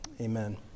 amen